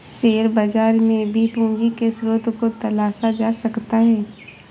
share बाजार में भी पूंजी के स्रोत को तलाशा जा सकता है